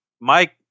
Mike